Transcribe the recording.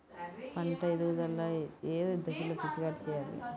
పంట ఎదుగుదల ఏ దశలో పిచికారీ చేయాలి?